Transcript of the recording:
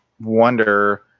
wonder